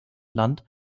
land